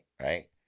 right